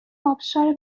آبشار